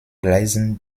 gleisen